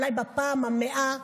אולי בפעם המאה,